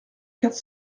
quatre